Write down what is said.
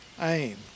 aim